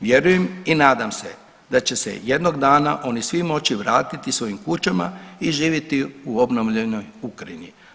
Vjerujem i nadam se da će se jednog dana oni svi moći vratiti svojim kućama i živjeti u obnovljenoj Ukrajini.